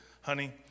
Honey